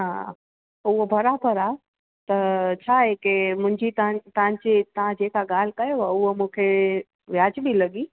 हा पोइ उहो बराबरि आहे त छा आहे की मुंहिंजी तव्हां तव्हांजे हितां जे तव्हां ॻाल्हि कयो पोइ उहा मूंखे वाजिबी लॻी